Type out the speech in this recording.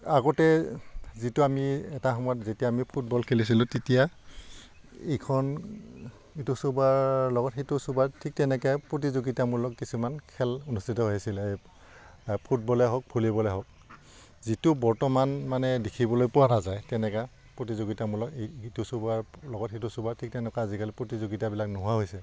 আগতে যিটো আমি এটা সময়ত যেতিয়া আমি ফুটবল খেলিছিলোঁ তেতিয়া ইখন ইটো চোবাৰ লগত সিটো চোবাৰ ঠিক তেনেকৈ প্ৰতিযোগিতামূলক কিছুমান খেল অনুষ্ঠিত হৈছিলে ফুটবলে হওক ভলীবলে হওক যিটো বৰ্তমান মানে দেখিবলৈ পোৱা নাযায় তেনেকৈ প্ৰতিযোগিতামূলক এই ইটো চোবাৰ লগত সিটো চোবাৰ ঠিক তেনেকুৱা আজিকালি প্ৰতিযোগিতাবিলাক নোহোৱা হৈছে